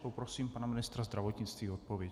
Poprosím pana ministra zdravotnictví o odpověď.